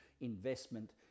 investment